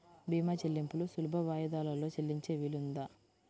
భీమా చెల్లింపులు సులభ వాయిదాలలో చెల్లించే వీలుందా?